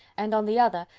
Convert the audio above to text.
and, on the other,